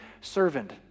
servant